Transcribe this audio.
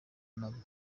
nabo